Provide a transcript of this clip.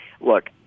Look